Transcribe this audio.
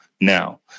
now